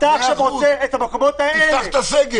אתה עכשיו רוצה את המקומות האלה --- תפתח את הסגר.